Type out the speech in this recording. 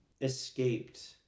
escaped